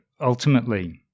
ultimately